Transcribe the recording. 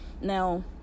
Now